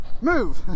move